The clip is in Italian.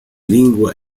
lingua